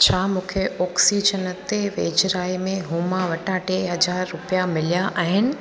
छा मूंखे ऑक्सीजन ते वेझिराईअ में हुमा वटां टे हज़ार रुपिया मिलिया आहिनि